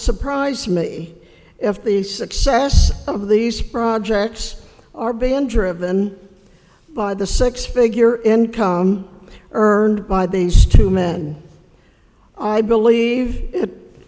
surprise me if the success of these projects are being driven by the six figure income earned by these two men i believe it